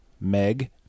Meg